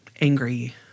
angry